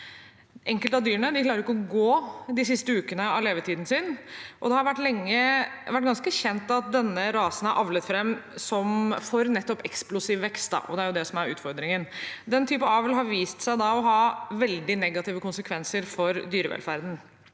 Enkelte av dyrene klarer ikke å gå de siste ukene av levetiden sin. Det har lenge vært ganske kjent at denne rasen er avlet fram for nettopp eksplosiv vekst, og det er det som er utfordringen. Den type avl har vist seg å ha veldig negative konsekvenser for dyrevelferden,